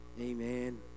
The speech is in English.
Amen